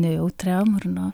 nejautriam ar na